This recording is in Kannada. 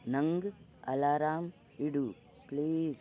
ನಂಗೆ ಅಲರಾಮ್ ಇಡು ಪ್ಲೀಸ್